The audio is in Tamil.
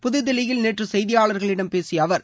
புதுதில்லியில் நேற்று செய்தியாளர்களிடம் பேசிய அவர்